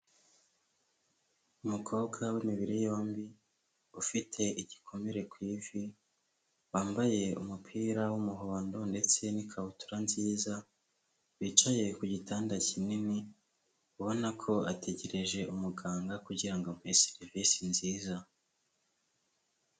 Umukobwa w'imibiri yombi ufite igikomere ku ivi, wambaye umupira w'umuhondo ndetse n'ikabutura nziza, wicaye ku gitanda kinini, ubona ko ategereje umuganga kugira ngo amuhe serivise nziza.